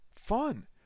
fun